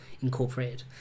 Incorporated